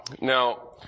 Now